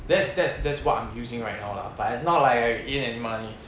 that's that's that's what I'm using right now lah but I not like I'm in any money